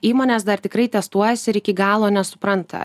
įmonės dar tikrai testuojasi ir iki galo nesupranta